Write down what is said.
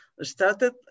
started